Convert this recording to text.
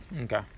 Okay